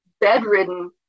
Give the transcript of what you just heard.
bedridden